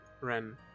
Ren